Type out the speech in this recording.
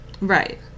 Right